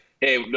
Hey